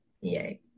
yay